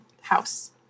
house